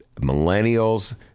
millennials